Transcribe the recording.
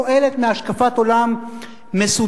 היא פועלת מהשקפת עולם מסודרת.